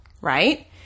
right